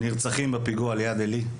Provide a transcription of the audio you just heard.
הנרצחים בפיגוע ליד עילית.